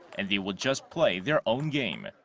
and they will just play their own game.